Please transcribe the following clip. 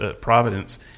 providence